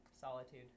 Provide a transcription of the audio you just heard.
solitude